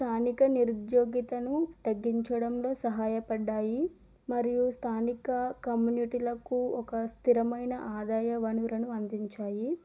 స్థానిక నిరుద్యోతను తగ్గించడంలో సహాయపడ్డాయి మరియు స్థానిక కమ్యూనిటీలకు ఒక స్థిరమైన ఆదాయ వనరును అందించాయి